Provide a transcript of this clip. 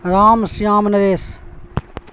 Ram Shyam Naresh